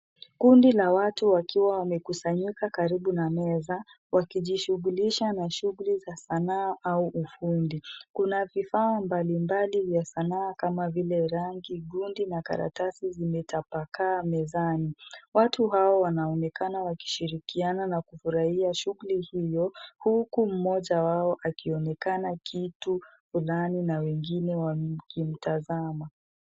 Kundi la watu wakiwa wamekusanyika karibu na meza, wakijishughulisha na shughuli za Sanaa au ufundi. Kuna vifaa mbalimbali vya Sanaa kama vile rangi, gundi na karatasi zimetapakaa mezani. Watu hao wanaonekana wakishirikiana na kufurahia shughuli hiyo, huku mmoja wao akionekana kitu fulani na wengine wakimtazama.